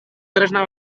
tresna